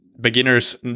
beginners